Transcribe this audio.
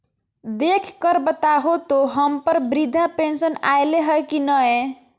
देख कर बताहो तो, हम्मर बृद्धा पेंसन आयले है की नय?